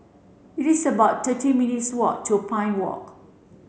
it's about thirteen minutes' walk to Pine Walk